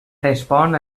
respon